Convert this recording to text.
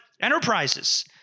enterprises